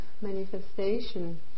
manifestation